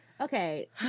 Okay